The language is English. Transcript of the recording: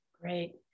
Great